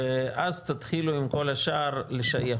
ואז תתחילו לשייך את כול השאר.